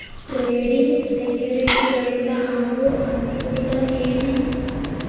trading ಸೆಕ್ಯುರಿಟಿಗಳಿಂದ ಆಗೋ ಅನುಕೂಲ ಏನ